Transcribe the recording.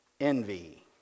envy